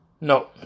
No